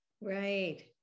Right